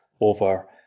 over